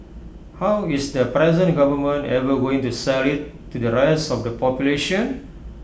how is the present government ever going to sell IT to the rest of the population